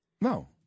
No